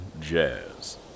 Jazz